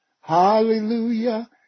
hallelujah